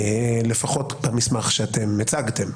לפחות במסמך שאתם הצגתם,